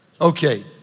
Okay